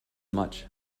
much